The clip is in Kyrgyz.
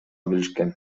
билишкен